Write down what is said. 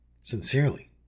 Sincerely